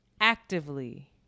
actively